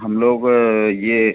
हम लोग ये